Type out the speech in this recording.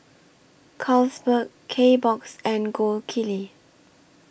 Carlsberg Kbox and Gold Kili